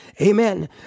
Amen